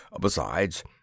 Besides